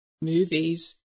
movies